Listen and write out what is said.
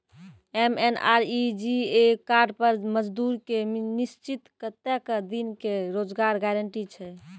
MNREGA card पर मजदुर के निश्चित कत्तेक दिन के रोजगार गारंटी छै?